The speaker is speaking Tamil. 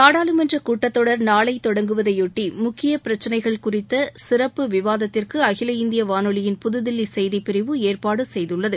நாடாளுமன்றகூட்டத்தொடர் நாளைதொடங்குவதையொட்டிமுக்கியபிரச்சினைகள் குறித்தசிறப்பு விவாதத்திற்குஅகில இந்தியவானொலியின் புதுதில்லிசெய்திப்பிரிவு ஏற்பாடுசெய்துள்ளது